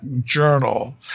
journal